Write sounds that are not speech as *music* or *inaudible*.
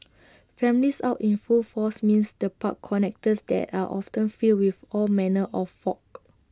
*noise* families out in full force means the park connectors there are often filled with all manner of folk